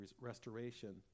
restoration